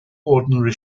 ordinary